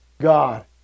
God